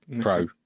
Pro